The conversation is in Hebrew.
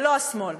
ולא השמאל.